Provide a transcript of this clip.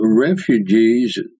refugees